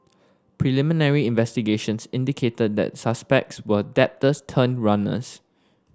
preliminary investigations indicated that the suspects were debtors turned runners